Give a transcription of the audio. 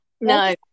No